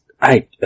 I-